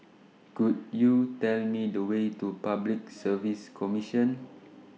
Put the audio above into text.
Could YOU Tell Me The Way to Public Service Commission